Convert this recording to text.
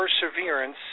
perseverance